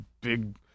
big